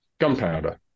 gunpowder